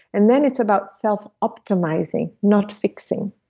and then it's about self-optimizing, not fixing.